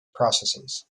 processes